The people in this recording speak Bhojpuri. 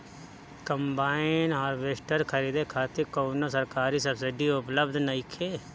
कंबाइन हार्वेस्टर खरीदे खातिर कउनो सरकारी सब्सीडी उपलब्ध नइखे?